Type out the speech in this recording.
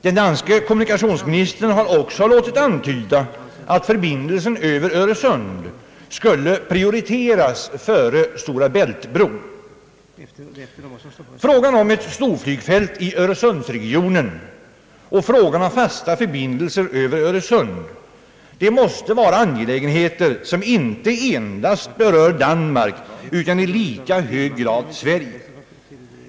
Den danske kommunikationsministern har också låtit antyda att förbindelsen över Öresund skulle prioriteras före Stora Bält-bron. Frågan om ett storflygfält i öÖresundsregionen och frågan om fasta förbindelser över Öresund måste vara angelägenheter som inte endast berör Danmark utan i lika hög grad Sverige.